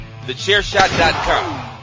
TheChairShot.com